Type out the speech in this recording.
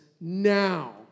now